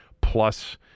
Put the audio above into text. plus